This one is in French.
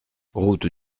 route